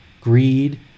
Greed